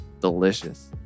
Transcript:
delicious